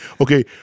okay